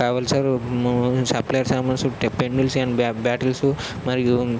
కావాలి సార్ మొ సప్లయర్ సామాన్లు చుట్టే పెన్నిల్స్ అండ్ బ్యాటిల్సు మరియు